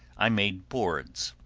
i made boards.